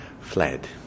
fled